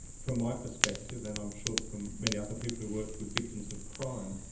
from my perspective, and i'm sure from many other people who work with victims of crime,